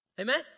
Amen